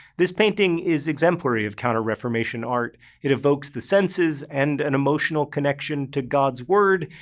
this painting is exemplary of counter-reformation art it evokes the senses and an emotional connection to god's word,